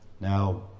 Now